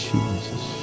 Jesus